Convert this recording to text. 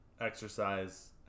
exercise